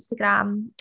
instagram